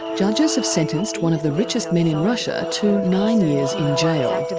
judges have sentenced one of the richest men in russia to nine years in jail.